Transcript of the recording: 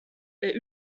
est